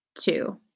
two